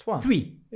three